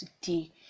today